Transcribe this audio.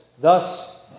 thus